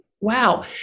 wow